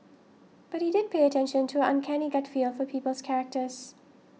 but he did pay attention to her uncanny gut feel for people's characters